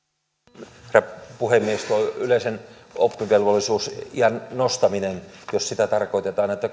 arvoisa herra puhemies tuo yleisen oppivelvollisuusiän nostaminen jos sitä tarkoitetaan että